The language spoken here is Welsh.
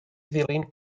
ddilyn